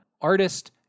artist